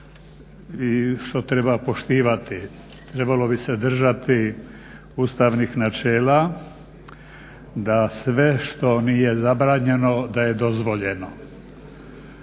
i što treba poštivati. Trebalo bi se držati ustavnih načela da sve što nije zabranjeno da je dozvoljeno.